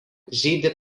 žydi